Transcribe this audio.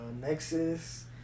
Nexus